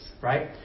right